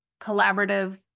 collaborative